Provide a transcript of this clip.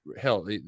hell